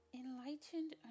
enlightened